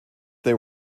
they